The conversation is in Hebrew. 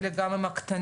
אלא גם עם הקטנים,